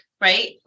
right